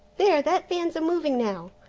there, that van's a-moving now.